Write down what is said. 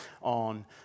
on